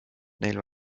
neil